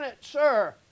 sir